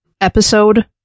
episode